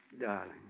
darling